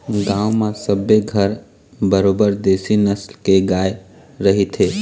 गांव म सबे घर बरोबर देशी नसल के गाय रहिथे